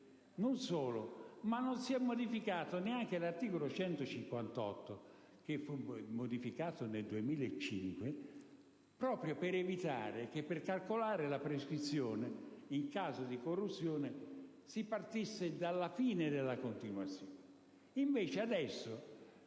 Non solo. Non si è modificato neanche l'articolo 158 del codice penale, che fu modificato nel 2005 proprio per evitare che, per calcolare la prescrizione in caso di corruzione, si partisse dalla fine della continuazione.